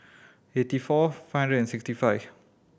eighty four five hundred and sixty five